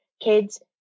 kids